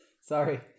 sorry